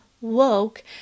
woke